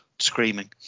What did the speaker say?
screaming